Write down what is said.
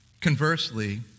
Conversely